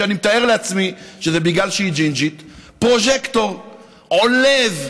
שאני מתאר לעצמי שזה בגלל שהיא ג'ינג'ית "פרוז'קטור"; עולב,